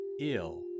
ill